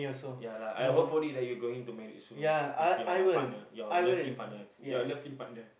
ya lah I hopefully that you going to married soon with your partner your lovely partner your lovely partner